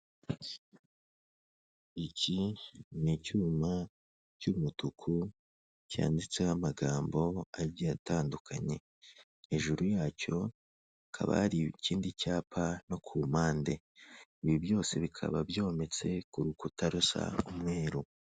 Iki ni icyuma cy'umutuku, cyanditseho amagambo agiye atandukanye, hejuru yacyo hakaba ari ikindi cyapa no ku mpande, ibi byose bikaba byometse ku rukuta rusa umweru.